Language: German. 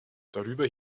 darüber